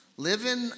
living